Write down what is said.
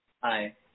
Hi